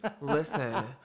Listen